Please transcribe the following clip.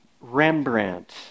Rembrandt